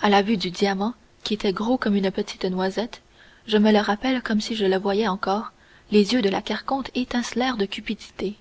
à la vue du diamant qui était gros comme une petite noisette je me le rappelle comme si je le voyais encore les yeux de la carconte étincelèrent de cupidité